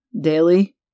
daily